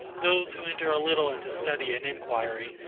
those who enter a little into study and inquiry,